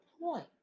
point